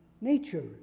nature